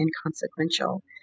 inconsequential